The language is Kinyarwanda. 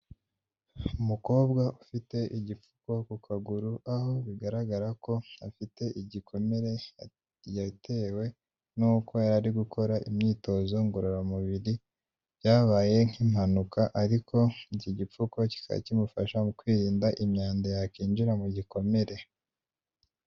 Umukobwa ufite igipfuko ku kaguru, aho bigaragara ko nta afite igikomere, yatewe n'uko yari ari gukora imyitozo ngororamubiri, byabaye nk'impanuka, ariko iki gipfuko kikaba kimufasha mu kwirinda imyanda yakinjira mu gikomere.